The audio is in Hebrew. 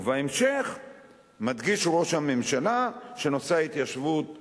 ובהמשך מדגיש ראש הממשלה שנושא ההתיישבות חשוב,